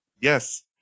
Yes